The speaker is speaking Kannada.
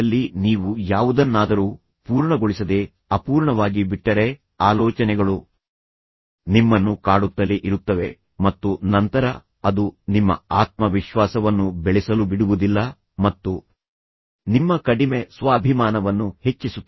ಆರಂಭದಲ್ಲಿ ನೀವು ಯಾವುದನ್ನಾದರೂ ಪೂರ್ಣಗೊಳಿಸದೆ ಅಪೂರ್ಣವಾಗಿ ಬಿಟ್ಟರೆ ಆಲೋಚನೆಗಳು ನಿಮ್ಮನ್ನು ಕಾಡುತ್ತಲೇ ಇರುತ್ತವೆ ಮತ್ತು ನಂತರ ಅದು ನಿಮ್ಮ ಆತ್ಮವಿಶ್ವಾಸವನ್ನು ಬೆಳೆಸಲು ಬಿಡುವುದಿಲ್ಲ ಮತ್ತು ನಿಮ್ಮ ಕಡಿಮೆ ಸ್ವಾಭಿಮಾನವನ್ನು ಹೆಚ್ಚಿಸುತ್ತದೆ